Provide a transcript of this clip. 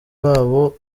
wabo